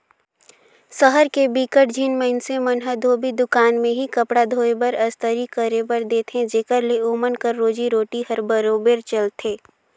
सहर के बिकट झिन मइनसे मन ह धोबी दुकान में ही कपड़ा धोए बर, अस्तरी करे बर देथे जेखर ले ओमन कर रोजी रोटी हर बरोबेर चलथे